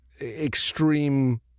extreme